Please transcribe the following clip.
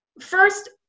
First